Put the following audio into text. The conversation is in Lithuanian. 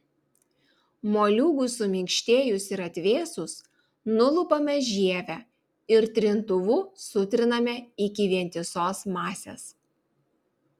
moliūgui suminkštėjus ir atvėsus nulupame žievę ir trintuvu sutriname iki vientisos masės